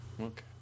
Okay